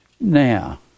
now